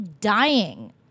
dying